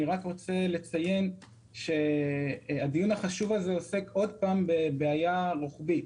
רק אציין שהדיון החשוב הזה עוסק שוב בבעיה רוחבית